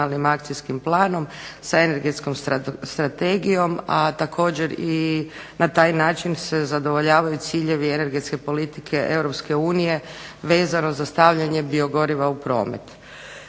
nacionalnim akcijskim planom, sa Energetskom strategijom, a također i na taj način se zadovoljavaju ciljevi energetske politike EU vezano za stavljane biogoriva u promet.